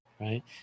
right